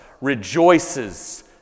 rejoices